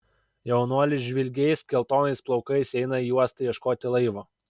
jaunuolis žvilgiais geltonais plaukais eina į uostą ieškoti laivo